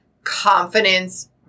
confidence